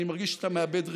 אני מרגיש שאתה מאבד ריכוז.